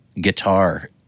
guitar